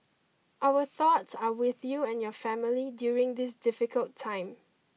our thoughts are with you and your family during this difficult time